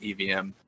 EVM